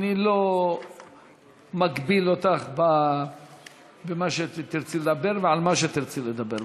אני לא מגביל אותך במה שתרצי לדבר ועל מה שתרצי לדבר.